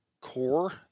Core